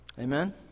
Amen